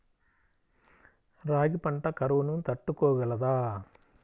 రాగి పంట కరువును తట్టుకోగలదా?